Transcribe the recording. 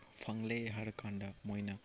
ꯐꯪꯂꯦ ꯍꯥꯏꯔꯀꯥꯟꯗ ꯃꯣꯏꯅ